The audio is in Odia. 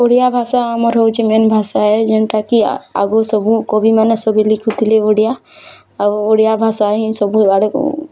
ଓଡ଼ିଆ ଭାଷା ଆମର୍ ହଉଚେ ମେନ୍ ଭାଷା ଏ ଯେନ୍ତା କି ଆଗ୍ରୁ ସବୁ କବିମାନେ ସଭି ଲେଖୁଥିଲେ ଓଡ଼ିଆ ଆଉ ଓଡ଼ିଆ ଭାଷାହିଁ ସବୁଆଡ଼େ